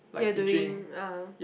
you're doing ah